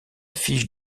fiche